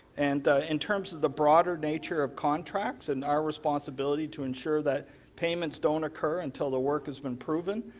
and in terms of the broader nature of contracts and our responsibility to ensure that payments don't occur until the work has been proven,